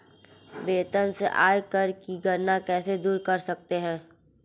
वेतन से आयकर की गणना कैसे दूर कर सकते है?